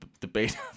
debate